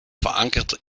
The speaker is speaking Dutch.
verankerd